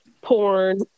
porn